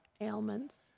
ailments